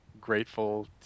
grateful